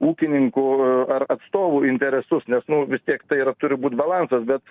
ūkininkų ar atstovų interesus nes nu vis tiek tai yra turi būt balansas bet